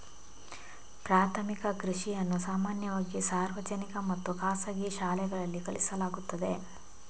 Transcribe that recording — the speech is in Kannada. ಪ್ರಾಥಮಿಕ ಕೃಷಿಯನ್ನು ಸಾಮಾನ್ಯವಾಗಿ ಸಾರ್ವಜನಿಕ ಮತ್ತು ಖಾಸಗಿ ಶಾಲೆಗಳಲ್ಲಿ ಕಲಿಸಲಾಗುತ್ತದೆ